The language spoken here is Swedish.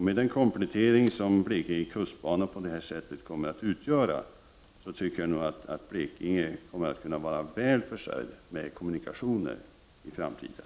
Med den komplettering som Blekinge kustbana kommer att utgöra, anser jag att Blekinge kommer att vara väl försörjt i framtiden när det gäller kommunikationer.